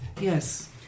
yes